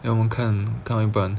then 我们看看一半